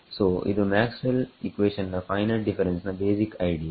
ಸೋಇದು Maxwell equation ನ finite difference ನ basic idea